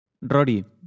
Rory